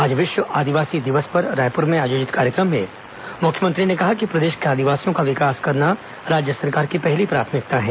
आज विश्व आदिवासी दिवस पर रायपुर में आयोजित कार्यक्रम में मुख्यमंत्री ने कहा कि प्रदेश के आदिवासियों का विकास करना राज्य सरकार की पहली प्राथमिकता है